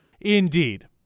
Indeed